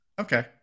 Okay